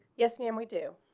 yes, ma' am we do